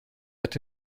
hatte